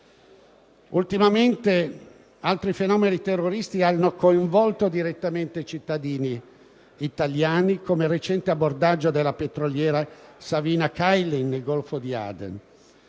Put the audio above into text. Ultimamente altri fenomeni terroristici hanno coinvolto direttamente cittadini italiani, come il recente abbordaggio della petroliera «Savina Caylyn», nel golfo di Aden.